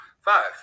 Five